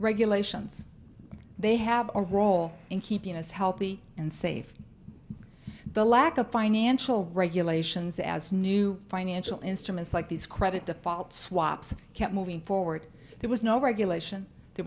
regulations they have a role in keeping us healthy and safe the lack of financial regulations as new financial instruments like these credit default swaps kept moving forward there was no regulation there